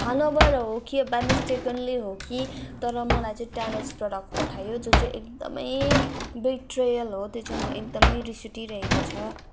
थाहा नभएर हो कि बा मिसटेकनली हो कि तर मलाई चाहिँ ड्यामेज प्रडक्ट पठायो जो चाहिँ एकदमै बिगट्रियल हो त्यो चाहिँ म एकदमै रिस उठिरहेको छ